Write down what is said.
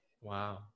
Wow